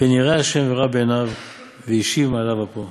פן יראה ה' ורע בעיניו והשיב מעליו אפו'"